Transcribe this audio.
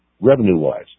revenue-wise